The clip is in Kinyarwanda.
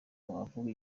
avuga